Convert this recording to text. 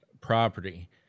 property